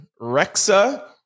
Rexa